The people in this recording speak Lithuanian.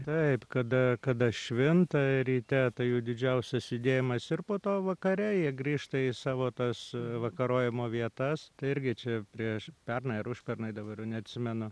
taip kada kada švinta ryte tai jų didžiausias judėjimas ir po to vakare jie grįžta į savo tas vakarojimo vietas tai irgi čia prieš pernai ar užpernai dabar jau neatsimenu